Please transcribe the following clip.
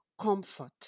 comfort